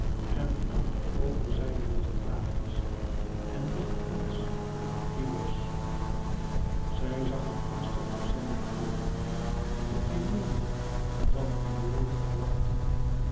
en aan de overzijde ligt thrachis en wacht ons hyllos zij zag hem angstig ter zijde aan of hij meende dat iole er wachtte